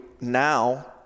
now